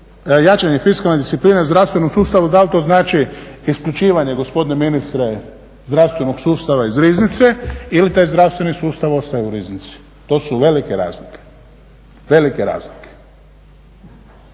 jačanje fiskalne discipline u zdravstvenom sustavu dal to znači isključivanje gospodine ministre zdravstvenog sustava iz riznice ili taj zdravstveni sustav ostaje u riznici. To su velike razlike, velike razlike.